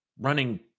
running